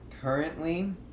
currently